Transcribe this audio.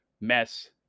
mess